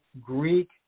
Greek